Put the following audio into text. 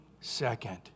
second